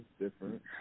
different